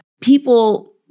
people